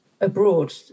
abroad